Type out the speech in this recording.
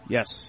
Yes